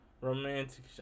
Romantic